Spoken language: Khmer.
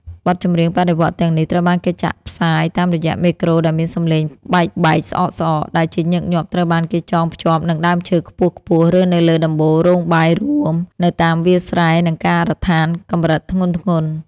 បទចម្រៀងបដិវត្តន៍ទាំងនេះ ត្រូវបានគេចាក់ផ្សាយតាមរយៈមេក្រូដែលមានសំឡេងបែកៗ ស្អកៗ ដែលជាញឹកញាប់ត្រូវបានគេចងភ្ជាប់នឹងដើមឈើខ្ពស់ៗ ឬនៅលើដំបូលរោងបាយរួម នៅតាមវាលស្រែ និងការដ្ឋានកម្រិតធ្ងន់ៗ។